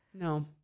No